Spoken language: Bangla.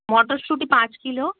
মটরশুঁটি পাঁচ কিলো